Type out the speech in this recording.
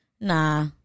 nah